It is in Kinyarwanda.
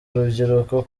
urubyiruko